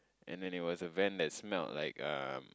and then it was a van that smell like a